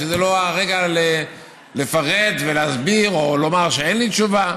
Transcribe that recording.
וזה לא הרגע לפרט ולהסביר או לומר שאין לי תשובה.